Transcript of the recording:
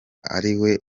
ariwe